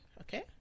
Okay